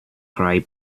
cry